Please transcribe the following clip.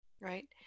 Right